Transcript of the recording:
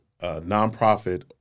nonprofit